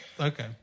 Okay